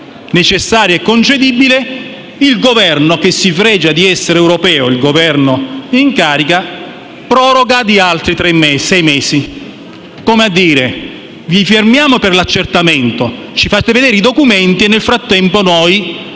necessario e concedibile, il Governo in carica, che si fregia di essere europeo, proroga di altri sei mesi. Come a dire: vi firmiamo per l'accertamento, ci fate vedere i documenti e, nel frattempo, noi